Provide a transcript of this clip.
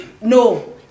No